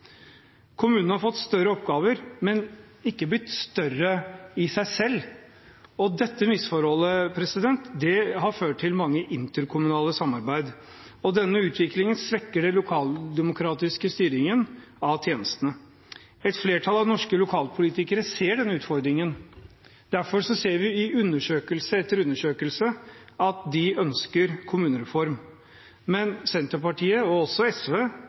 Kommunene har fått større oppgaver, men er ikke blitt større i seg selv, og dette misforholdet har ført til mange interkommunale samarbeid. Denne utviklingen svekker den lokaldemokratiske styringen av tjenestene. Et flertall av norske lokalpolitikere ser denne utfordringen. Derfor ser vi i undersøkelse etter undersøkelse at de ønsker kommunereform. Men Senterpartiet og også SV